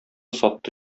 сатты